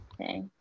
Okay